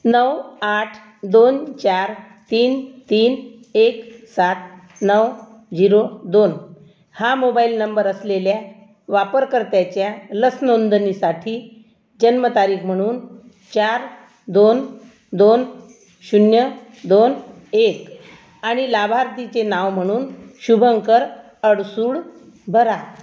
नऊ आठ दोन चार तीन तीन एक सात नऊ जिरो दोन हा मोबाइल नंबर असलेल्या वापरकर्त्याच्या लस नोंदणीसाठी जन्मतारीख म्हणून चार दोन दोन शून्य दोन एक आणि लाभार्थीचे नाव म्हणून शुभंकर अडसूड भरा